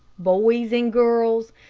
boys and girls,